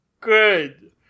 Good